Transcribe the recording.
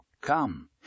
Come